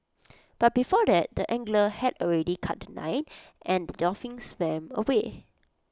but before that the angler had already cut The Line and the dolphin swam away